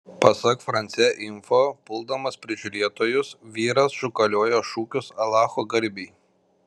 pasak france info puldamas prižiūrėtojus vyras šūkaliojo šūkius alacho garbei